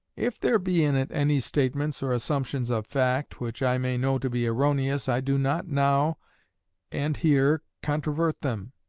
if there be in it any statements or assumptions of fact, which i may know to be erroneous, i do not now and here controvert them.